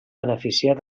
beneficiar